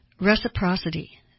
reciprocity